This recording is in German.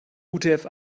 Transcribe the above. utf